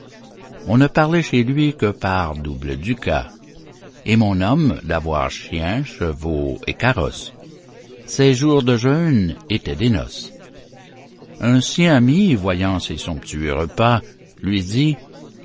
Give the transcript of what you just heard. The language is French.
on ne parlait chez lui que par doubles ducats et mon homme d'avoir chiens chevaux et carrosses ses jours de jeûne étaient des noces un sien ami voyant ces somptueux repas lui dit